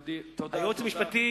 אצל היועץ המשפטי